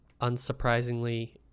Unsurprisingly